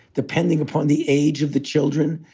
depending upon the age of the children,